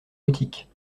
boutique